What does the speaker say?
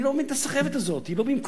אני לא מבין את הסחבת הזאת, היא לא במקומה.